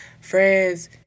friends